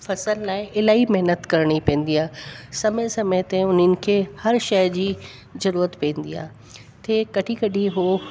फसल लाइ इलाही महिनतु करणी पवंदी आहे समय समय ते उन्हनि खे हर शइ जी ज़रूरत पवंदी आहे ते कॾहिं कॾहिं उहे